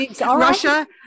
Russia